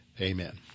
Amen